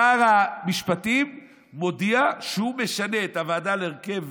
שר המשפטים מודיע שהוא משנה את הרכב הוועדה לבחירת